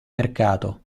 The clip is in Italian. mercato